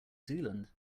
zealand